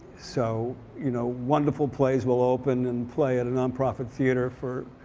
so you know wonderful plays will open and play at a nonprofit theater for